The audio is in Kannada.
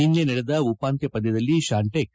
ನಿನ್ನೆ ನಡೆದ ಉಪಾಂತ್ಕ ಪಂದ್ಕದಲ್ಲಿ ಶ್ಮಾನ್ಟೆಕ್